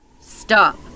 Stop